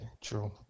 true